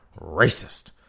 racist